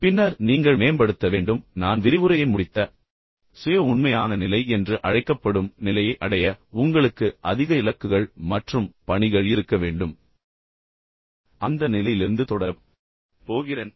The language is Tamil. பின்னர் நீங்கள் மேம்படுத்த வேண்டும் நான் விரிவுரையை முடித்த நான் விரிவுரையை முடித்த சுய உண்மையான நிலை என்று அழைக்கப்படும் நிலையை அடைய உங்களுக்கு அதிக இலக்குகள் மற்றும் பணிகள் இருக்க வேண்டும் பின்னர் அந்த நிலையிலிருந்து நான் தொடரப் போகிறேன்